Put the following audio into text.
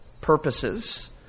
purposes